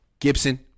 Gibson